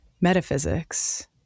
metaphysics